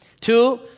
Two